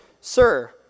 Sir